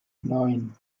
neun